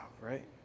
right